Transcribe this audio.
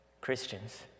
Christians